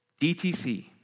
DTC